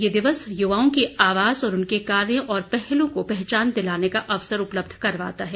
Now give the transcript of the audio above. ये दिवस युवाओं की आवाज और उनके कार्य और पहलों को पहचान दिलाने का अवसर उपलब्ध करवाता है